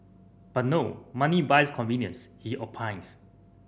but no money buys convenience he opines